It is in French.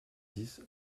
dix